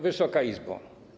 Wysoka Izbo!